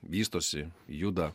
vystosi juda